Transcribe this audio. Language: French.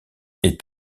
est